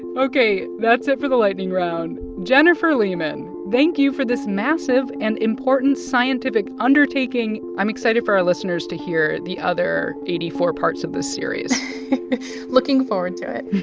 and ok. that's it for the lightning round. jennifer leman, thank you for this massive and important scientific undertaking. i'm excited for our listeners to hear the other eighty four parts of the series looking forward to it